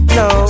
no